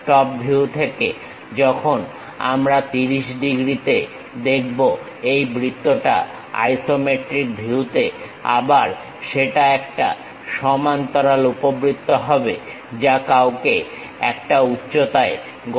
top view থেকে যখন আমরা 30 ডিগ্রীতে দেখব এই বৃত্তটা আইসোমেট্রিক ভিউতেআবার সেটা একটা সমান্তরাল উপবৃত্ত হবে যা কাউকে একটা উচ্চতায় গঠন করতে হবে যেটা হলো 30